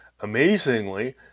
amazingly